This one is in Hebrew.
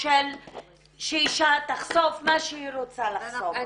של שאישה תחשוף מה שהיא רוצה לחשוף.